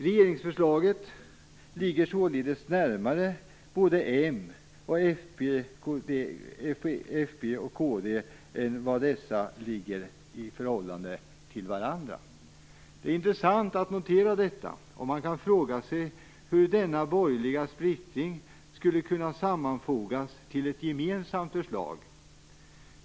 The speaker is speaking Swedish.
Regeringsförslaget ligger således närmare såväl Moderaterna och Folkpartiet som Kristdemokraterna än vad dessa ligger i förhållande till med varandra. Det är intressant att notera detta, och man kan fråga sig hur borgarna med denna splittring skulle kunna sammanfogas till ett gemensamt förslag.